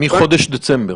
מחודש דצמבר.